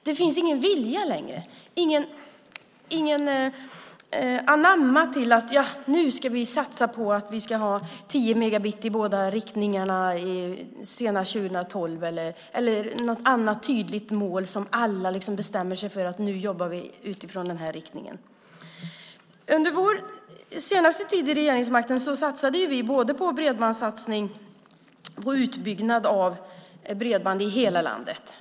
Det finns ingen vilja längre, ingen anamma, till att till exempel säga att vi ska satsa på att ha tio megabit i båda riktningarna senast 2012 eller något annat tydligt mål som alla bestämmer sig för att jobba mot. Under vår senaste tid vid regeringsmakten gjorde vi både en bredbandssatsning och satsade på utbyggnad av bredband i hela landet.